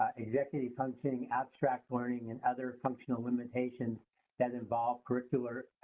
ah executive functioning, abstract learning, and other functional limitations that involve curricular